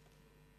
572,